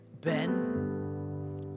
Ben